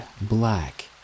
black